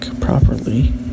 properly